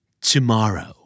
tomorrow